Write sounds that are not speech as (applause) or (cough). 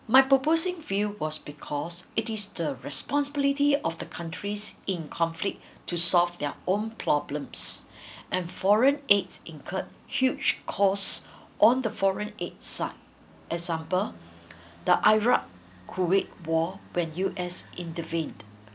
my proposing view was because it is the responsibility of the countries in conflict to solve their own problems (breath) and foreign aids incurred huge costs on the foreign aid side example (breath) the iraq kuwait war when U_S intervened